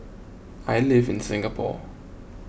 I live in Singapore